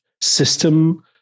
system